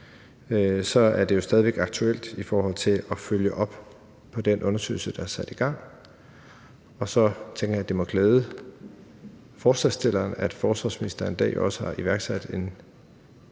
er det stadig væk aktuelt i forhold til at følge op på den undersøgelse, der er sat i gang, og så tænker jeg, at det må glæde forslagsstillerne, at forsvarsministeren i dag har iværksat en